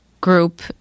group